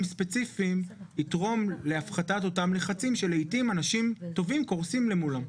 ספציפיים יתרום להפחתת אותם לחצים שלעיתים אנשים טובים קורסים למולם.